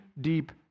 deep